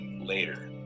later